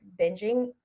binging